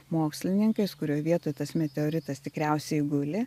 mokslininkais kurioj vietoj tas meteoritas tikriausiai guli